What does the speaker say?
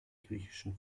griechischen